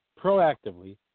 proactively